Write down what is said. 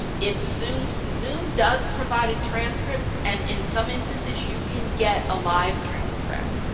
ah if zoom zoom does provide a transcript and in some instances, you can get a live transcript,